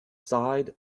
side